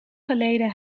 geleden